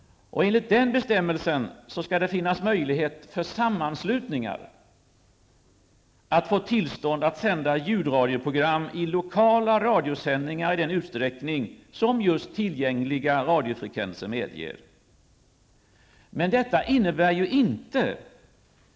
Enligt den bestämmelsen skall det finnas möjlighet för sammanslutningar att få tillstånd att sända ljudradioprogram i lokala radiosändningar i den utsträckning som just tillgängliga radiofrekvenser medger.